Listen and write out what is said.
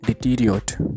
Deteriorate